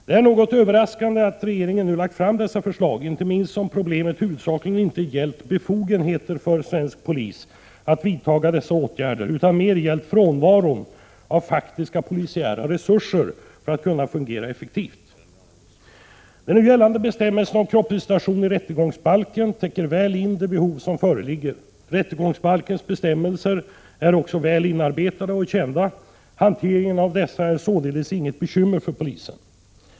Det är något överraskande att regeringen nu har lagt fram dessa förslag, inte minst som problemet huvudsakligen inte gällt befogenheter för svensk polis att vidta dessa åtgärder utan mer gällt frånvaron av faktiska polisiära resurser för att kunna fungera effektivt. De nu gällande bestämmelserna om kroppsvisitation i rättegångsbalken täcker väl in de behov som föreligger. Rättegångsbalkens bestämmelser är också väl inarbetade och kända. Hanteringen av dessa är således inget bekymmer för polisen.